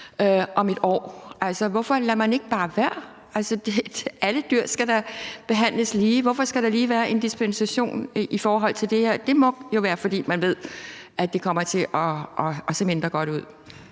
om et år. Altså, hvorfor lader man ikke bare være? Alle dyr skal da behandles lige, så hvorfor skal der lige være en dispensation i forhold til det her? Det må jo være, fordi man ved, at det kommer til at se mindre godt ud.